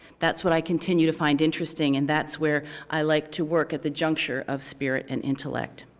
that's what i continue to find interesting. and that's where i like to work at the juncture of spirit and intellect.